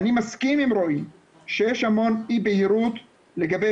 אני מסכים עם רועי שיש המון אי בהירות לגבי